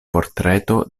portreto